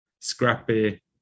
scrappy